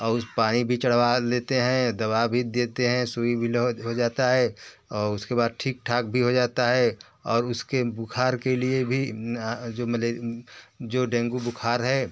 और उस पानी भी चढ़वा लेते हैं दवा भी देते हैं सुई भी लो हो जाता है और उसके बाद ठीक ठाक भी हो जाता है और उसके बुख़ार के लिए भी जो मले जो डेंगू बुख़ार है